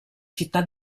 città